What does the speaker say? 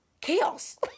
Chaos